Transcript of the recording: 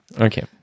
Okay